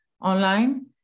online